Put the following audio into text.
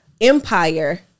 empire